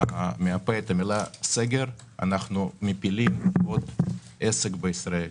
מהפה את המילה "סגר" אנחנו מפילים עוד עסק בישראל.